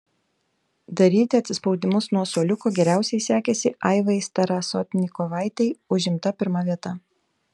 daryti atsispaudimus nuo suoliuko geriausiai sekėsi aivai starasotnikovaitei užimta pirma vieta